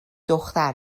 دختر